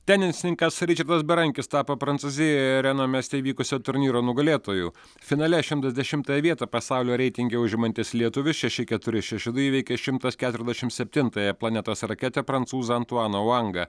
tenisininkas ričardas berankis tapo prancūzijoje reno mieste vykusio turnyro nugalėtoju finale šimtas dešimtą vietą pasaulio reitinge užimantis lietuvis šeši keturi šeši du įveikė šimtas keturiasdešimt septintąją planetos raketę prancūzą antuaną oangą